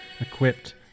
equipped